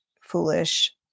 foolish